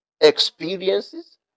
Experiences